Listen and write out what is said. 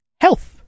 health